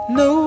no